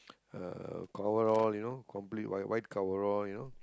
uh coverall you know complete white white coverall you know